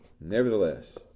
Nevertheless